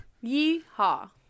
Yee-haw